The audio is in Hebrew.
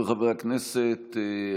וחברי הכנסת,